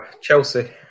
Chelsea